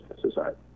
society